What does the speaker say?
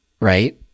right